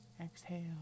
exhale